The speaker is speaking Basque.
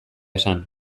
esan